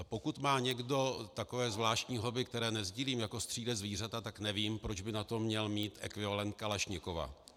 Pokud má někdo takové zvláštní hobby, které nesdílím, jako střílet zvířata, tak nevím, proč by na to měl mít ekvivalent kalašnikova.